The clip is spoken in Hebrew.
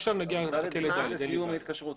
מדבר על סיום ההתקשרות,